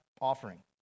offering